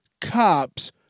cops